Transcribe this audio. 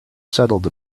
settled